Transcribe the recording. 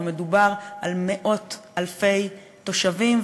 ומדובר על מאות-אלפי תושבים,